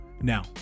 now